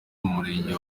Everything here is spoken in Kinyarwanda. murenge